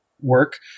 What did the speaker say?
work